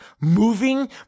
moving